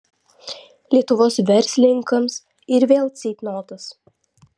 lietuvos verslininkams ir vėl ceitnotas